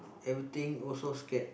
everything also scared